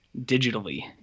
digitally